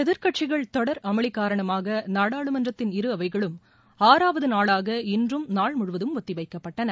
எதிர்க்கட்சிகள் தொடர் அமளி காரணமாக நாடாளுமன்றத்தின் இரு அவைகளும் ஆறாவது நாளாக இன்றும் நாள்முழுவதும் ஒத்திவைக்கப்பட்டன